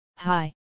Hi